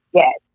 yes